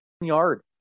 yard